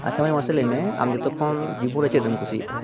ᱟᱪᱪᱷᱟ ᱢᱟᱭ ᱢᱟᱥᱮ ᱞᱟᱹᱭ ᱢᱮ ᱟᱢ ᱡᱚᱛᱚ ᱠᱷᱚᱱ ᱡᱤᱵᱚᱱ ᱨᱮ ᱪᱮᱫ ᱮᱢ ᱠᱩᱥᱤᱭᱟᱜᱼᱟ